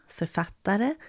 författare